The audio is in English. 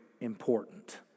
important